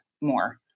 more